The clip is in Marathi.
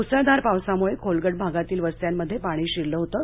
म्सळधार पावसाम्ळे खोलगट भागातील वस्त्यांमध्ये पाणी शिरलं होतं